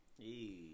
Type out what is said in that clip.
Hey